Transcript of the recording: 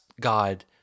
God